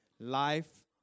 Life